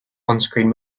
onscreen